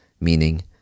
meaning